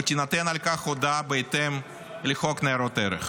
ותינתן על כך הודעה בהתאם לחוק ניירות ערך.